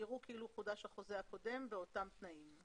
יראו כאילו חודש החוזה הקודם באותם תנאים".